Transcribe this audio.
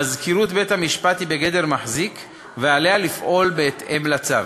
מזכירות בית-המשפט היא בגדר מחזיק ועליה לפעול בהתאם לצו.